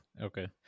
okay